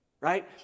right